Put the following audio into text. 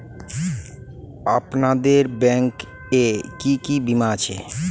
আপনাদের ব্যাংক এ কি কি বীমা আছে?